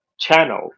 channel